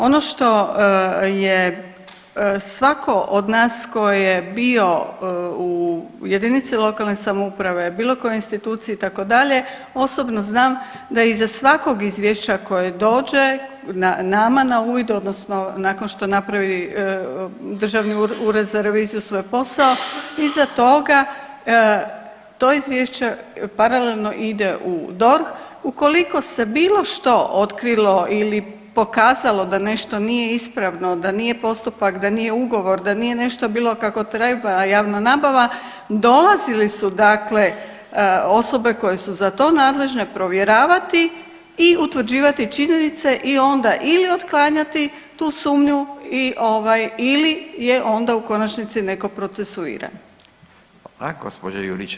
Ono što je svako od nas ko je bio u JLS, bilo kojoj instituciji itd. osobno znam da iza svakog izvješća koje dođe na nama na uvid odnosno nakon što napravi državni ured za reviziju svoj posao iza toga, to izvješće paralelno ide u DORH, ukoliko se bilo što otkrilo ili pokazalo da nešto nije ispravno, da nije postupak, da nije ugovor, da nije nešto bilo kako treba javna nabava, dolazili su dakle osobe koje su za to nadležne provjeravati i utvrđivati činjenice i onda ili otklanjati tu sumnju i ovaj ili je onda u konačnici neko procesuira.